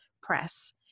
press